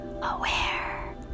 aware